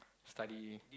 study